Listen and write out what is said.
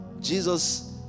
Jesus